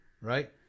right